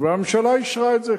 והממשלה אישרה את זה,